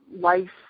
life